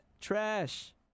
trash